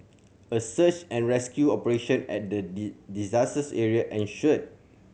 a search and rescue operation at the disaster area ensued